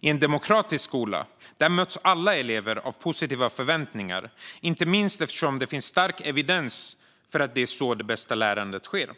I en demokratisk skola möts alla elever av positiva förväntningar, inte minst eftersom det finns stark evidens för att det är så det bästa lärandet sker.